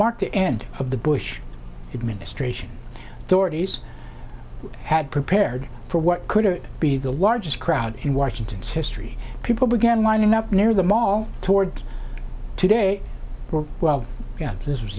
mark the end of the bush administration doherty's had prepared for what could be the largest crowd in washington's history people began lining up near the mall toward today well this was